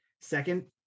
Second